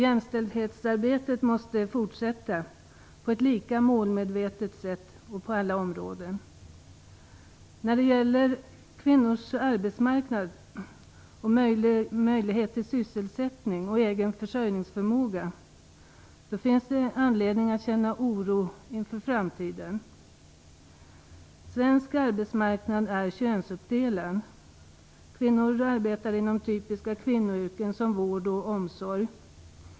Jämställdhetsarbetet måste fortsätta på ett lika målmedvetet sätt och på alla områden. När det gäller kvinnors arbetsmarknad och möjlighet till sysselsättning och egen försörjningsförmåga finns det anledning att känna oro inför framtiden. Den svenska arbetsmarknaden är könsuppdelad. Kvinnor arbetar inom typiska kvinnoyrken såsom vård och omsorg.